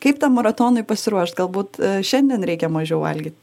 kaip tam maratonui pasiruošt galbūt šiandien reikia mažiau valgyt